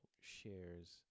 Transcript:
shares